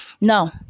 Now